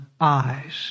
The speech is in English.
eyes